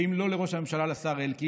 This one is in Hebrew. ואם לא לראש הממשלה, לשר אלקין.